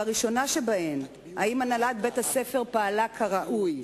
והראשונה שבהן היא אם הנהלת בית-הספר פעלה כראוי.